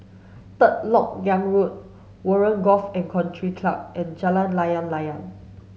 Third Lok Yang Road Warren Golf and Country Club and Jalan Layang Layang